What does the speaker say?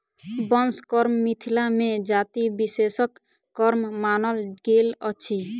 बंस कर्म मिथिला मे जाति विशेषक कर्म मानल गेल अछि